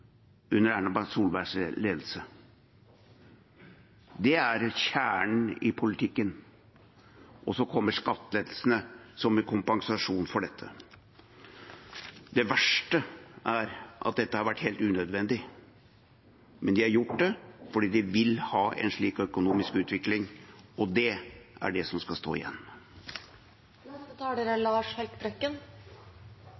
under Erna Solbergs ledelse. Det er kjernen i politikken, og så kommer skattelettelsene som en kompensasjon for dette. Det verste er at dette har vært helt unødvendig, men de har gjort det fordi de vil ha en slik økonomisk utvikling. Det er det som skal stå